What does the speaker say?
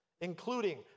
including